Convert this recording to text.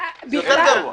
זה יותר גרוע.